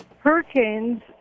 Hurricanes